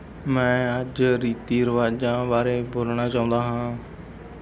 ਮੈਂ ਅੱਜ ਰੀਤੀ ਰਿਵਾਜਾਂ ਬਾਰੇ ਬੋਲਣਾ ਚਾਹੁੰਦਾ ਹਾਂ